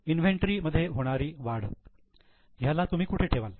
inventory मध्ये होणारी वाढ ह्याला तुम्ही कुठे ठेवाल